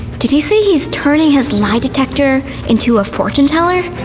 did he say he's turning his lie detector into a fortune teller?